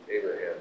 Abraham